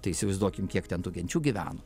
tai įsivaizduokim kiek ten tų genčių gyveno